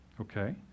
Okay